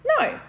no